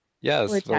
Yes